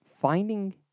finding